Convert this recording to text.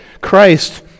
Christ